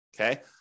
okay